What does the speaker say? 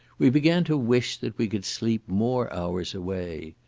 we began to wish that we could sleep more hours away.